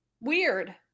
Weird